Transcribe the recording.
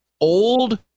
old